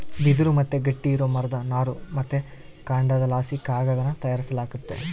ಬಿದಿರು ಮತ್ತೆ ಗಟ್ಟಿ ಇರೋ ಮರದ ನಾರು ಮತ್ತೆ ಕಾಂಡದಲಾಸಿ ಕಾಗದಾನ ತಯಾರಿಸಲಾಗ್ತತೆ